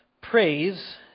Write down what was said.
praise